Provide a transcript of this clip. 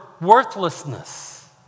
worthlessness